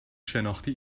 شناختی